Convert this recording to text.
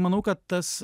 manau kad tas